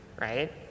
right